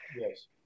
yes